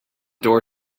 door